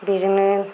बेजोंनो